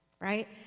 Right